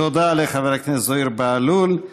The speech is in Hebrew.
תודה לחבר הכנסת זוהיר בהלול.